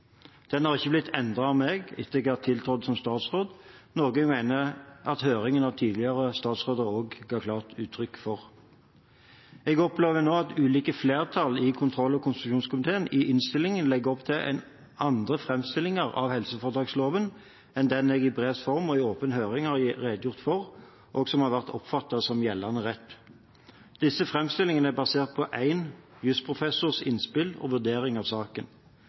Den har ikke blitt endret av meg etter at jeg tiltrådte som statsråd, noe jeg mener at høringen av tidligere statsråder også ga klart uttrykk for. Jeg opplever nå at ulike flertall i kontroll- og konstitusjonskomiteen i innstillingen legger opp til andre framstillinger av helseforetaksloven enn den jeg i brevs form og i åpen høring har redegjort for, og som har vært oppfattet som gjeldende rett. Disse framstillingene er basert på én jusprofessors innspill i og vurdering av saken.